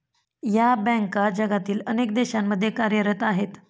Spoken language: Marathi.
या बँका जगातील अनेक देशांमध्ये कार्यरत आहेत